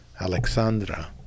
Alexandra